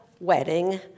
wedding